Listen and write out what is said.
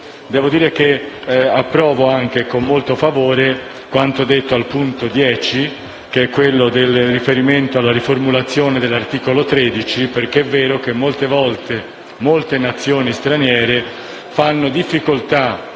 Devo dire che approvo con molto favore anche quanto detto al punto 10), con riferimento alla riformulazione dell'articolo 13, perché vedo che spesso molte Nazioni straniere fanno difficoltà